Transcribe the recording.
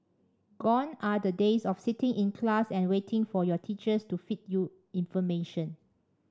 gone are the days of sitting in class and waiting for your teacher to feed you information